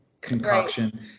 concoction